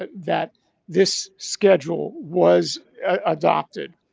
but that this schedule was adopted.